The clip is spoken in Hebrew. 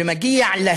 של 15 מיליארד